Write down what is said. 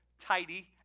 tidy